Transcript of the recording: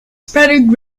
spreading